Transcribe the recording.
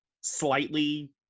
slightly